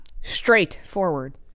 Straightforward